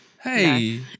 hey